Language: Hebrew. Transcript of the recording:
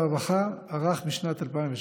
הרווחה והשירותים החברתיים ערך בשנת 2017